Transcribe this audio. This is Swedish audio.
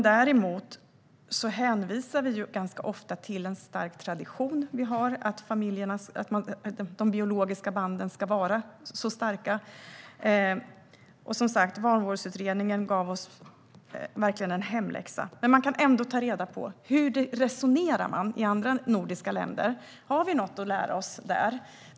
Däremot hänvisar vi ganska ofta till en stark tradition vi har att de biologiska banden ska vara starka. Vanvårdsutredningen gav oss som sagt verkligen en hemläxa. Man kan ändå ta reda på hur de resonerar i andra nordiska länder. Har vi något att lära oss där?